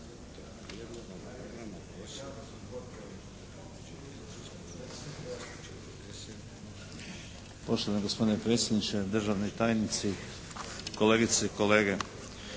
Poštovani gospodine predsjedniče, državni tajnici, kolegice i kolege.